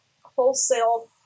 wholesale